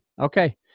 Okay